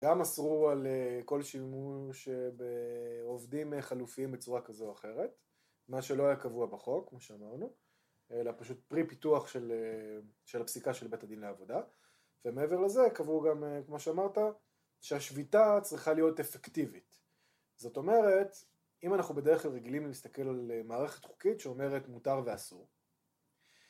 גם אסרו על כל שימוש בעובדים חלופיים בצורה כזו או אחרת, מה שלא היה קבוע בחוק, כמו שאמרנו, אלא פשוט פרי פיתוח של הפסיקה של בית הדין לעבודה. ומעבר לזה קבעו גם כמו שאמרת שהשביתה צריכה להיות אפקטיבית. זאת אומרת אם אנחנו בדרך כלל רגילים להסתכל על מערכת חוקית שאומרת מותר ואסור